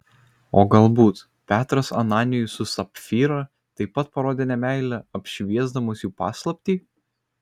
o galbūt petras ananijui su sapfyra taip pat parodė nemeilę apšviesdamas jų paslaptį